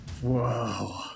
Whoa